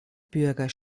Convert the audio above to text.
bürger